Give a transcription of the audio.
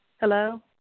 Hello